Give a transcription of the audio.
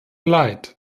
leid